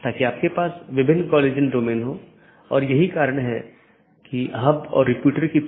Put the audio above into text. इसलिए जब कोई असामान्य स्थिति होती है तो इसके लिए सूचना की आवश्यकता होती है